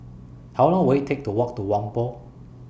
How Long Will IT Take to Walk to Whampoa